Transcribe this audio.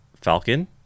Falcon